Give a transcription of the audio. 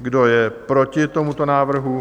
Kdo je proti tomuto návrhu?